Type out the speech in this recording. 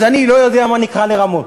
אז אני לא יודע מה נקרא לרמות.